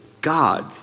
God